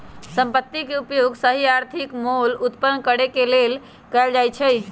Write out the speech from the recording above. संपत्ति के उपयोग सही आर्थिक मोल उत्पन्न करेके लेल कएल जा सकइ छइ